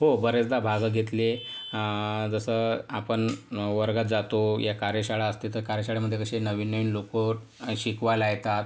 हो बऱ्याचदा भाग घेतले जसं आपण वर्गात जातो या कार्यशाळा असते तर कार्यशाळेमधे कसे नवीन नवीन लोक शिकवायला येतात